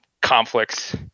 conflicts